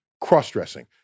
Cross-dressing